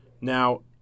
Now